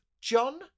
John